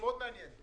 כן.